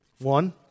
One